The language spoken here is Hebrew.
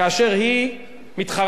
כאשר היא מתחרה,